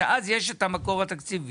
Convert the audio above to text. שאז יש את המקור התקציבי.